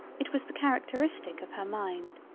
it was the charectarestic of her mind.